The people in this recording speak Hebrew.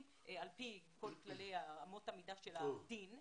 על פי כל כללי אמות המידה של הדין,